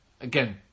again